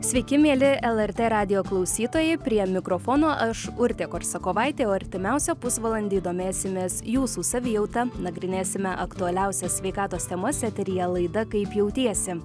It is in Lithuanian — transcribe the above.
sveiki mieli lrt radijo klausytojai prie mikrofono aš urtė korsakovaitė o artimiausią pusvalandį domėsimės jūsų savijauta nagrinėsime aktualiausias sveikatos temas eteryje laida kaip jautiesi